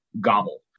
gobble